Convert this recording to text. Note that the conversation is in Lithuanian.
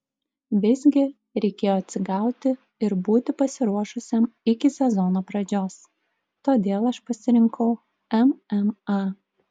visgi reikėjo atsigauti ir būti pasiruošusiam iki sezono pradžios todėl aš pasirinkau mma